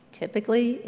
typically